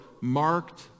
marked